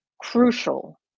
crucial